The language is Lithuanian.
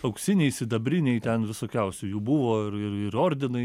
auksiniai sidabriniai ten visokiausių jų buvo ir ir ir ordinai